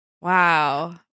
Wow